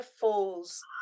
Falls